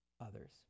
others